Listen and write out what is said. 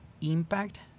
impact